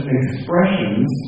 expressions